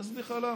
אני אסביר למה.